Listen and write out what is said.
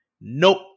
Nope